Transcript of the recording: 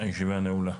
הישיבה נעולה.